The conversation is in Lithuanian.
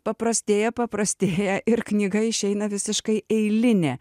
paprastėja paprastėja ir knyga išeina visiškai eilinė